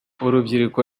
urubyiruko